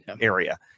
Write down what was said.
area